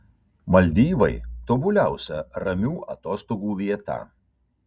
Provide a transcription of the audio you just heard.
maldyvai tobuliausia ramių atostogų vieta